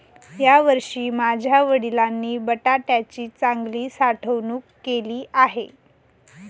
यावर्षी माझ्या वडिलांनी बटाट्याची चांगली साठवणूक केली आहे